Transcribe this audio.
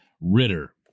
Ritter